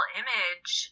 image